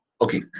okay